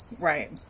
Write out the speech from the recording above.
right